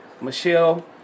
Michelle